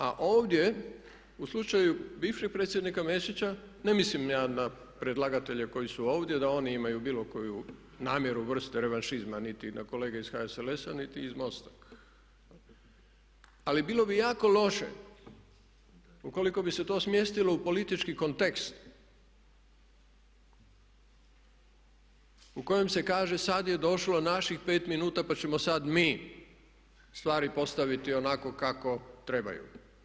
A ovdje u slučaju bivšeg predsjednika Mesića, ne mislim ja na predlagatelje koji su ovdje da oni imaju bilo koju namjeru, vrstu revanšizma niti na kolege iz HSLS-a niti iz MOST-a, ali bilo bi jako loše ukoliko bi se to smjestilo u politički kontekst u kojem se kaže sada je došlo naših 5 minuta pa ćemo sada mi stvari postaviti onako kako trebaju.